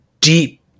deep